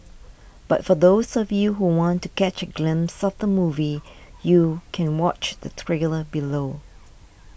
but for those of you who want to catch a glimpse of the movie you can watch the trailer below